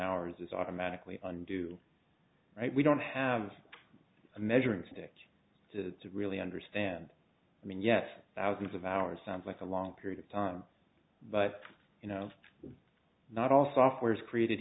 hours is automatically and do we don't have a measuring stick to really understand i mean yes thousands of hours sounds like a long period of time but you know not all software is created